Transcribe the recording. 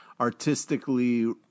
artistically